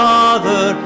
Father